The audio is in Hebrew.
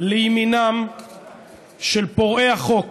לימינם של פורעי החוק